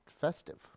festive